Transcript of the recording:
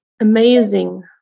amazing